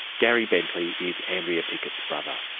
gary bentley is andrea pickett's brother.